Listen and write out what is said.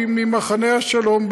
היא ממחנה השלום,